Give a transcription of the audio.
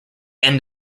end